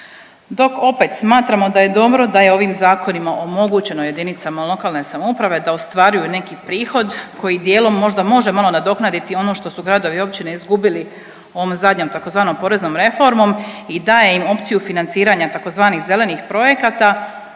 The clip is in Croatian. Dok opet smatramo da je dobro da je ovim zakonima omogućeno JLS da ostvaruju neki prihod koji dijelom možda može malo nadoknaditi ono što su gradovi i općine izgubili ovom zadnjom tzv. poreznom reformom i daje im opciju financiranja tzv. zelenih projekata,